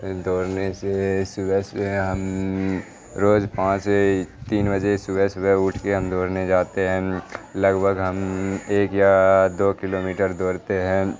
دوڑنے سے صبح صبح ہم روز پانچ سے تین بجے صبح صبح اٹھ کے ہم دوڑنے جاتے ہیں لگ بھگ ہم ایک یا دو کلو میٹر دوڑتے ہیں